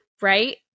Right